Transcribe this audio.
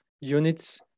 units